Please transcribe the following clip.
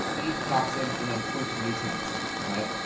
eats toxins and then poops nutrients, right.